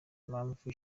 mpamvu